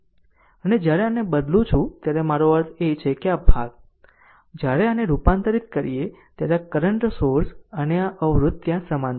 અને જ્યારે આને બદલું છું ત્યારે મારો અર્થ છે આ ભાગ જ્યારે આને રૂપાંતરિત કરીએ ત્યારે આ કરંટ સોર્સ અને એક અવરોધ ત્યાં સમાંતર છે